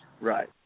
Right